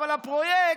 אבל הפרויקט,